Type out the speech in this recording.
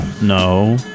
No